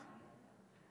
למשל